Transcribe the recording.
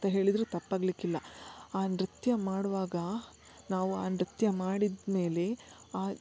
ಅಂತ ಹೇಳಿದರು ತಪ್ಪಾಗಲಿಕ್ಕಿಲ್ಲ ಆ ನೃತ್ಯ ಮಾಡುವಾಗ ನಾವು ಆ ನೃತ್ಯ ಮಾಡಿದಮೇಲೆ ಆ